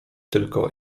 tylko